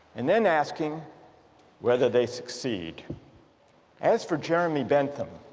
and then asking whether they succeed as for jeremy bentham,